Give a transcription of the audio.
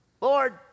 Lord